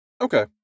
Okay